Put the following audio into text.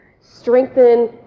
strengthen